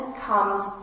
comes